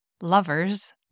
lovers